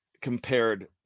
compared